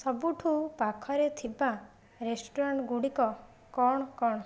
ସବୁଠୁ ପାଖରେ ଥିବା ରେଷ୍ଟୁରାଣ୍ଟଗୁଡ଼ିକ କ'ଣ କ'ଣ